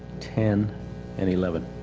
ten and eleven.